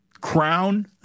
crown